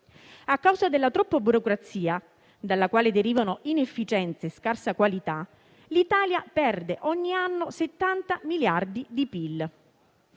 A causa della troppa burocrazia, dalla quale derivano inefficienze e scarsa qualità, l'Italia perde ogni anno 70 miliardi di euro